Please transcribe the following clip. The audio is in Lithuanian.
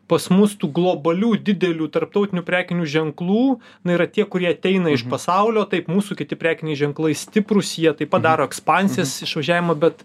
pas mus tų globalių didelių tarptautinių prekinių ženklų na yra tie kurie ateina iš pasaulio taip mūsų kiti prekiniai ženklai stiprūs jie taip pat daro ekspansijas išvažiavimą bet